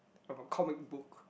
I've a comic book